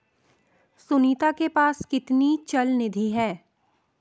सुनीता के पास कितनी चल निधि है?